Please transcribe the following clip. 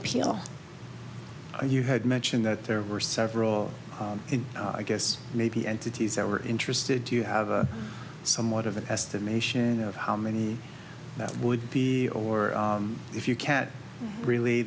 appeal or you had mentioned that there were several i guess maybe entities that were interested you have a somewhat of an estimation of how many that would be or if you can't really